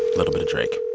little bit of drake.